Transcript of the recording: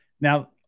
Now